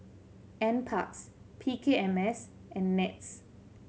Nparks P K M S and NETS